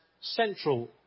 central